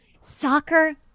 soccer